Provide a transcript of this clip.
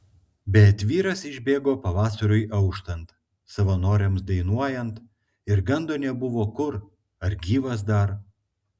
bet vyras išbėgo pavasariui auštant savanoriams dainuojant ir gando nebuvo kur ar gyvas dar